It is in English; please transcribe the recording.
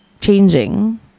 changing